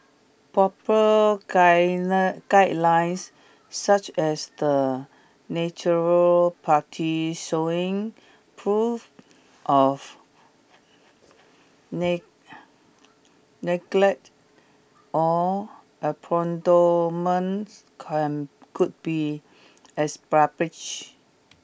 proper guidelines such as the natural party showing proof of neglect or can could be established